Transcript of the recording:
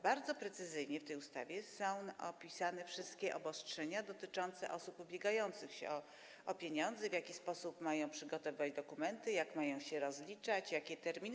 Bardzo precyzyjnie w tej ustawie są opisane wszystkie obostrzenia dotyczące osób ubiegających się o pieniądze, w jaki sposób mają przygotować dokumenty, jak mają się rozliczać, jakie są terminy.